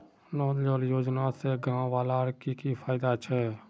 नल जल योजना से गाँव वालार की की फायदा छे?